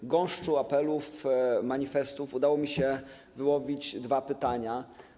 Z gąszczu apelów, manifestów udało mi się wyłowić dwa pytania.